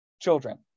children